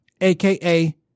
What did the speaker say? aka